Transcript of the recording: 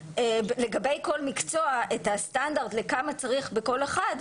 לגבי כל מקצוע את הסטנדרט לכמה צריך בכל אחד,